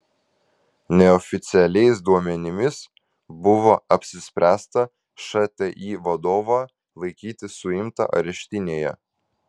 neoficialiais duomenimis buvo apsispręsta šti vadovą laikyti suimtą areštinėje